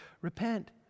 Repent